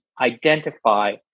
identify